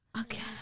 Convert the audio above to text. Okay